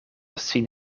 sin